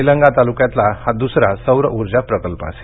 निलंगा तालुक्यातला हा दुसरा सौर ऊर्जा प्रकल्प असेल